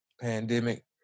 pandemic